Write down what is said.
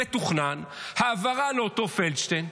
מתוכננת, העברה לאותו פלדשטיין,